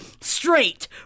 straight